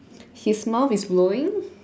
his mouth is blowing